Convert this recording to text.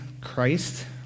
Christ